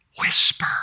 whisper